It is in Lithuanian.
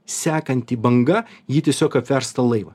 sekanti banga jį tiesiog apvers tą laivą